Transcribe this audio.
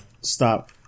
Stop